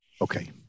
Okay